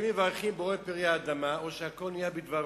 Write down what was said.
אם מברכים "בורא פרי האדמה" או "שהכול נהיה בדברו".